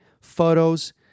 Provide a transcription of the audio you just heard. Photos